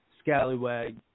scallywag